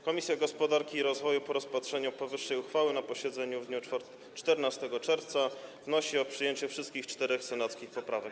Komisja Gospodarki i Rozwoju po rozpatrzeniu powyższej uchwały na posiedzeniu w dniu 14 czerwca wnosi o przyjęcie wszystkich czterech senackich poprawek.